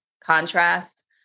contrast